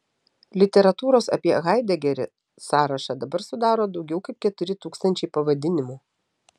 literatūros apie haidegerį sąrašą dabar sudaro daugiau kaip keturi tūkstančiai pavadinimų